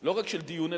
לא רק של דיון,